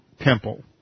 temple